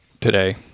today